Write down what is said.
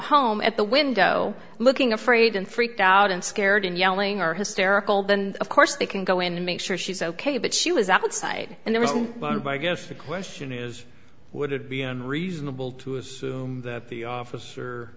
home at the window looking afraid and freaked out and scared and yelling or hysterical then of course they can go in and make sure she's ok but she was outside and there was one but i guess the question is would it be unreasonable to assume that the officer